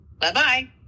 Bye-bye